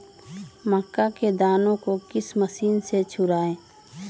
मक्का के दानो को किस मशीन से छुड़ाए?